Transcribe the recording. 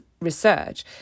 research